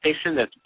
Station